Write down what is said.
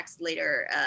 later